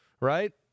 right